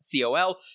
COL